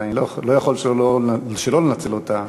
אבל אני לא יכול שלא לנצל אותה: